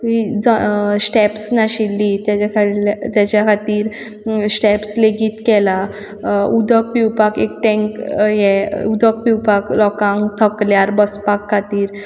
steps नाशिल्ली ताज्या ताज्या खातीर स्टेप्स लेगीत केला उदक पिवपाक एक टँकर हें उदक पिवपाक लोकांक थकल्यार बसपा खातीर